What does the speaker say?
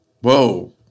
Whoa